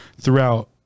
throughout